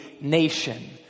nation